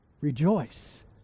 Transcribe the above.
Rejoice